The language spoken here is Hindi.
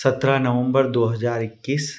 सतरह नवम्बर दो हज़ार इक्कीस